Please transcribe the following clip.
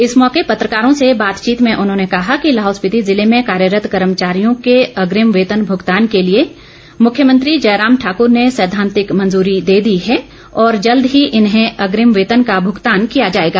इस मौके पत्रकारों से बातचीत में उन्होंने कहा कि लाहौल स्पीति जिले में कार्यरत कर्मचारियों के अग्रिम वेतन भ्गतान के लिए मुख्यमंत्री जयराम ठाक्र ने सैद्वांतिक मंजूरी दे दी है और जल्द ही इन्हें अग्रिम वेतन का भुगतान किया जाएगा